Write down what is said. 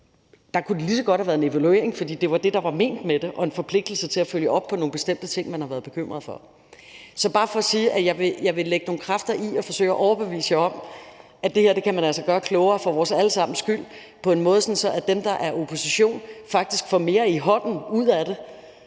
kunne det lige så godt have været en evaluering, for det var det, der var ment med det, og en forpligtelse til at følge op på nogle bestemte ting, man har været bekymret for. Så det er bare for at sige, at jeg vil lægge nogle kræfter i at forsøge at overbevise jer om, at man altså kan gøre det her klogere – for vores alle sammens skyld – nemlig på en måde, så dem, der er i opposition, faktisk får mere i hånden og får